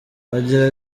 agira